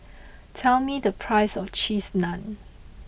tell me the price of Cheese Naan